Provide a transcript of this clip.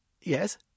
Yes